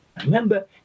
Remember